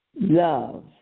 Love